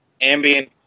ambient